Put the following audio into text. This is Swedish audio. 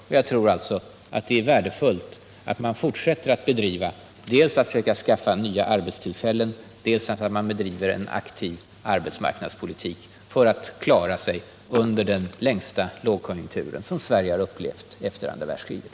Och jag tror att det är värdefullt att man fortsätter dels att försöka skaffa nya arbetstillfällen, dels att bedriva en aktiv arbetsmarknadspolitik för att klara sig under den längsta period av lågkonjunktur som Sverige har upplevt efter andra världskriget.